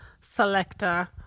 selector